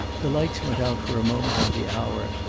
the lights went out for a moment on the hour,